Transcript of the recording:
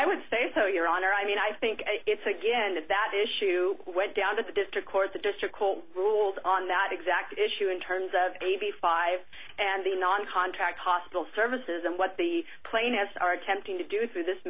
i would say so your honor i mean i think it's again if that issue went down to the district court the district court ruled on that exact issue in terms of a b five and the non contact hospital services and what the plane has are attempting to do through this